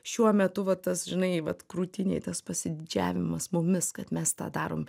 šiuo metu va tas žinai vat krūtinėj tas pasididžiavimas mumis kad mes tą darom